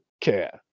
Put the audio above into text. care